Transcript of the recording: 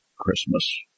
Christmas